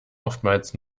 oftmals